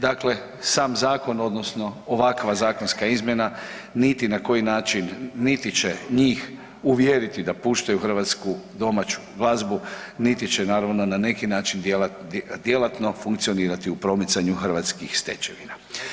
Dakle, sam zakon odnosno ovakva zakonska izmjena niti na koji način niti će njih uvjeriti da puštaju hrvatsku domaću glazbu niti će naravno na neki način djelatno funkcionirati u promicanju hrvatskih stečevina.